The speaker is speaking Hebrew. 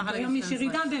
אבל היום יש ירידה.